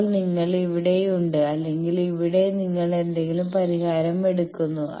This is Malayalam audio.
ഇപ്പോൾ നിങ്ങൾ ഇവിടെയുണ്ട് അല്ലെങ്കിൽ ഇവിടെ നിങ്ങൾ എന്തെങ്കിലും പരിഹാരം എടുക്കുന്നു